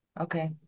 Okay